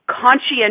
conscientious